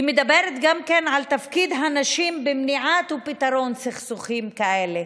היא מדברת גם על תפקיד הנשים במניעה ופתרון סכסוכים כאלה.